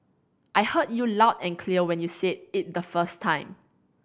I heard you loud and clear when you said it the first time